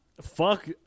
Fuck